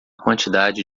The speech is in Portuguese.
quantidade